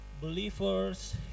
believers